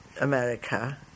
America